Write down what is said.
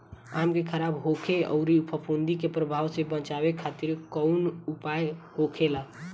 आम के खराब होखे अउर फफूद के प्रभाव से बचावे खातिर कउन उपाय होखेला?